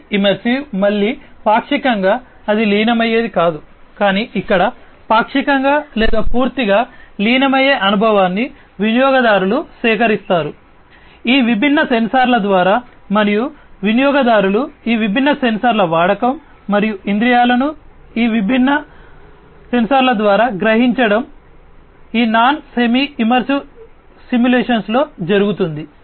semi immersive మళ్ళీ పాక్షికంగా అది లీనమయ్యేది కాదు కానీ ఇక్కడ పాక్షికంగా లేదా పూర్తిగా లీనమయ్యే అనుభవాన్ని వినియోగదారులు సేకరిస్తారు ఈ విభిన్న సెన్సార్ల ద్వారా మరియు వినియోగదారులు ఇంద్రియాలను ఈ విభిన్న సెన్సార్ల ద్వారా గ్రహించడం సెన్ ఈ నాన్ సెమీ ఇమ్మర్సివ్ సిమ్యులేషన్స్లో ఇది జరుగుతుంది